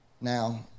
Now